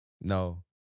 No